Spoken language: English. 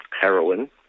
heroin